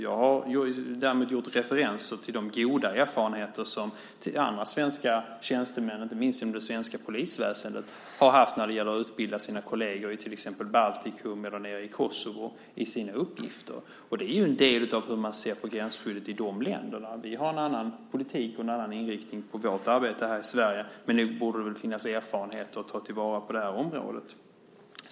Jag har däremot refererat till de goda erfarenheter som andra svenska tjänstemän, inte minst inom det svenska polisväsendet, har haft av att utbilda sina kolleger i till exempel Baltikum eller nere i Kosovo i sina uppgifter. Det är en del av hur man ser på gränsskyddet i de länderna. Vi har en annan politik och en annan inriktning på vårt arbete här i Sverige, men nog borde det väl finnas erfarenheter att ta till vara på det här området.